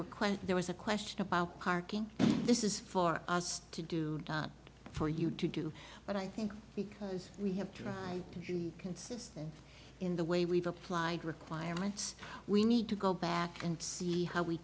quite there was a question about parking this is for us to do for you to do but i think because we have tried to be consistent in the way we've applied requirements we need to go back and see how we